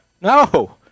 no